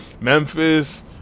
Memphis